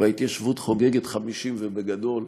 וההתיישבות חוגגת 50, ובגדול.